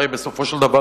הרי בסופו של דבר,